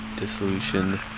dissolution